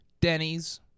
Denny's